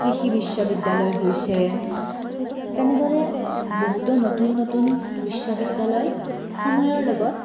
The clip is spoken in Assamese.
কৃষি বিশ্ববিদ্যালয় হৈছে তেনেদৰে বহুতো নতুন নতুন বিশ্ববিদ্যালয় সময়ৰ লগত